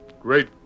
great